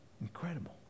incredible